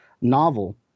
novel